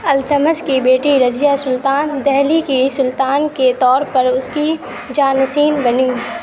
التمش کی بیٹی رضیہ سلطان دہلی کی سلطان کے طور پر اس کی جانشین بنی